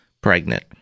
pregnant